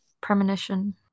Premonition